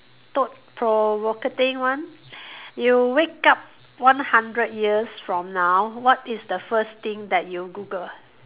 thought provocating one you wake up one hundred years from now what is the first thing that you Google